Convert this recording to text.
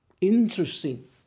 Interesting